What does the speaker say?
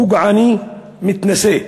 פוגעני, מתנשא.